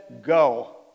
Go